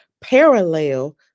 parallel